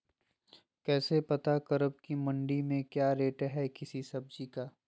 कैसे पता करब की मंडी में क्या रेट है किसी सब्जी का?